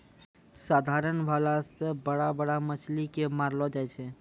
साधारण भाला से बड़ा बड़ा मछली के मारलो जाय छै